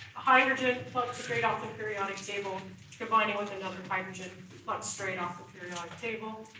hydrogen plucked straight off the periodic table combining with another hydrogen plucked straight off the periodic table,